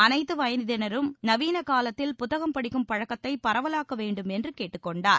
அனைத்து வயதினரும் நவீன காலத்தில் புத்தகம் படிக்கும் பழக்கத்தை பரவலாக்க வேண்டும் என்று கேட்டுக் கொண்டார்